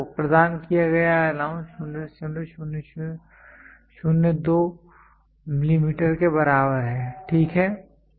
तो प्रदान किया गया अलाउंस 0002 मिलीमीटर के बराबर है ठीक है